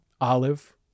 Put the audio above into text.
olive